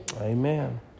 Amen